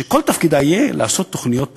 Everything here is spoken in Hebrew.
שכל תפקידה יהיה לעשות תוכניות פינוי-בינוי.